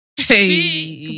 Hey